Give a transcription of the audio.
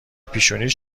پیشونیش